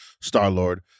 Star-Lord